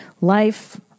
life